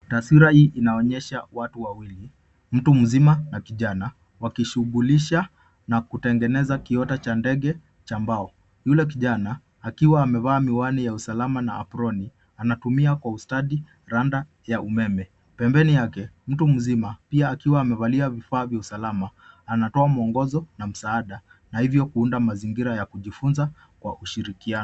Taswira hii inaonyesha watu wawiili. Mtu mzima na kijana wakishughulisha na kutengeneza kiota cha ndege cha mbao. Yule kijana, akiwa amevaa miwani ya usalama na aproni, anatumia kwa ustadi randa ya umeme. Pembeni yake, mtu mzima, pia akiwa amevalia vifaa vya usalama, anatoa muongozo na msaada, na hivyo kuunda mazingira ya kujifunza kwa ushirikiano.